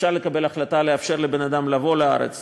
אפשר לקבל החלטה לאפשר לבן-אדם לבוא לארץ